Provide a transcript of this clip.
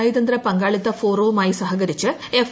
നയതന്ത്ര പങ്കാളിത്ത ഫോറവുമായി സഹകരിച്ച് എഫ്